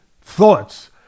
thoughts